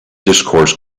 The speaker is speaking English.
discourse